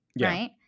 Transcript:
right